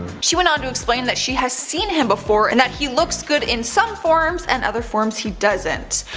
she went on to explain that she has seen him before and that he looks good in some forms and other forms he doesn't.